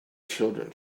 children